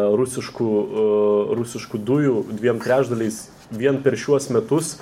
rusiškų rusiškų dujų dviem trečdaliais vien per šiuos metus